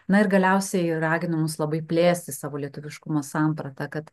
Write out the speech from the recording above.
na ir galiausiai raginu mus labai plėsti savo lietuviškumo sampratą kad